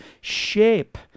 shape